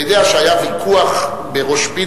אתה יודע שהיה ויכוח בראש-פינה,